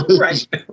Right